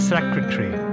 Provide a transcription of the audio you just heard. Secretary